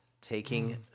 taking